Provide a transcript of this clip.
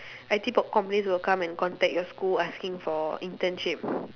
I_T pop companies will come and contact your school asking for internship